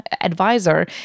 advisor